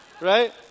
right